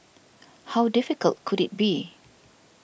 how difficult could it be